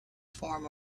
form